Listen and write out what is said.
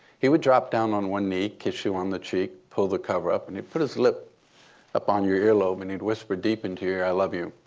he would drop down on one knee, kiss you on the cheek, pull the cover up. and he'd put his lip up on your earlobe. and he'd whisper deep into your ear, i love you.